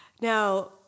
Now